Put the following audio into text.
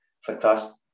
fantastic